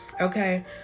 okay